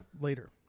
later